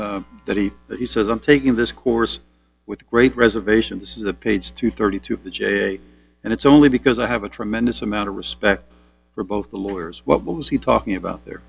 that he that he says i'm taking this course with great reservation this is the page to thirty two of the j and it's only because i have a tremendous amount of respect for both the lawyers what was he talking about there